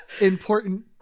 important